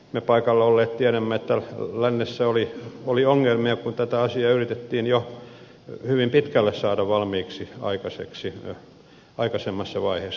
me paikalla olleet tiedämme että lännessä oli ongelmia kun tätä asiaa yritettiin jo hyvin pitkälle saada valmiiksi aikaisemmassa vaiheessa